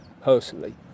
personally